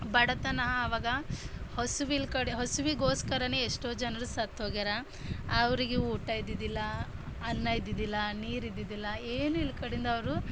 ಬಡತನ ಆವಾಗ ಹಸ್ವಿಲ್ ಕಡೆ ಹಸಿವಿಗೋಸ್ಕರನೇ ಎಷ್ಟೋ ಜನರು ಸತ್ತು ಹೋಗ್ಯಾರ ಅವರಿಗೆ ಊಟ ಇದ್ದಿದ್ದಿಲ್ಲ ಅನ್ನ ಇದ್ದಿದ್ದಿಲ್ಲ ನೀರು ಇದ್ದಿದ್ದಿಲ್ಲ ಏನು ಇಲ್ಕಡೆಂದ ಅವರು